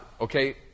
Okay